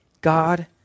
God